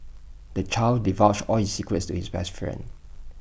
the child divulged all his secrets to his best friend